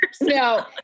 No